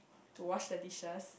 to wash the dishes